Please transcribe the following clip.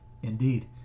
Indeed